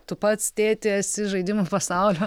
tu pats tėti esi žaidimų pasaulio